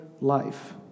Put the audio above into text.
life